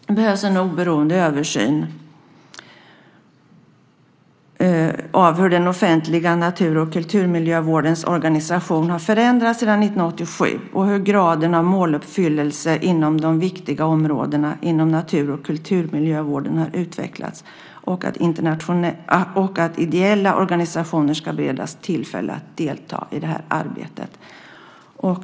Det behövs en oberoende översyn av hur den offentliga natur och kulturmiljövårdens organisation har förändrats sedan år 1987 och av hur graden av måluppfyllelse på de viktiga områdena inom natur och kulturmiljövården har utvecklats samt att ideella organisationer bereds tillfälle att delta i det här arbetet.